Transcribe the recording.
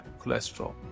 cholesterol